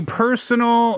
personal